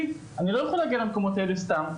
לי, אני לא יכול להגיע למקומות האלה סתם,